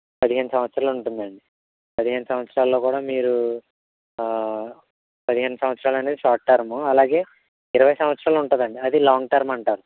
పదిహేను సంవత్సరాలుంటుందండి పదిహేను సంవత్సరాలలో కూడా మీరు పదిహేను సంవత్సరాలనేది షార్ట్ టర్ము అలాగే ఇరవై సంవత్సరాలు ఉంటుంది అండి అది లాంగ్ టర్మ్ అంటారు